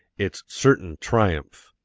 its certain triumph.